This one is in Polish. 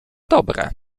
dobre